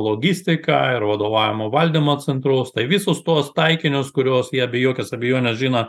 logistiką ir vadovavimo valdymo centrus tai visus tuos taikinius kuriuos jie be jokios abejonės žino